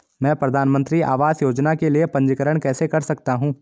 मैं प्रधानमंत्री आवास योजना के लिए पंजीकरण कैसे कर सकता हूं?